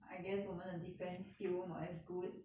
I guess 我们的 defence skill not as good